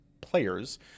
players